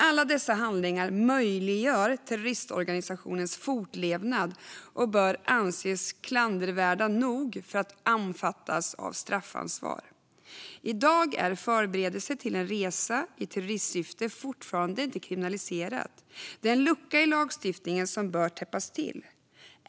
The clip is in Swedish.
Alla dessa handlingar möjliggör terroristorganisationers fortlevnad och bör anses klandervärda nog att omfattas av straffansvar. I dag är förberedelse till en resa i terrorismsyfte fortfarande inte kriminaliserat. Det är en lucka i lagstiftningen som bör täppas till.